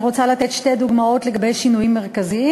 אני רוצה לתת שתי דוגמאות לגבי שינויים מרכזיים: